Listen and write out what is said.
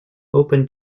open